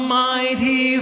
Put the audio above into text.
mighty